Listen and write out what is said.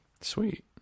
Sweet